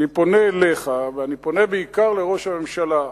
אני פונה אליך ואני פונה בעיקר אל ראש הממשלה: